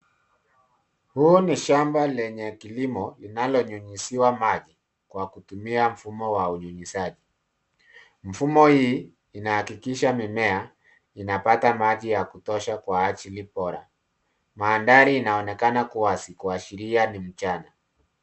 Huu ni shamba lenye kilimo linalo nyunyiziwa maji kwa kutumia mfumo wa unyunyizaji. Mfumo hii inahakikisha mimea inapata maji ya kutosha kwa ajili bora. Madhari inaonekana kuwa kuashiria ni mchana